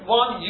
one